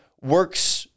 works